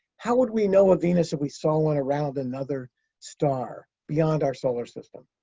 how would we know a venus if we saw one around another star beyond our solar system?